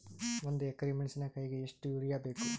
ಒಂದ್ ಎಕರಿ ಮೆಣಸಿಕಾಯಿಗಿ ಎಷ್ಟ ಯೂರಿಯಬೇಕು?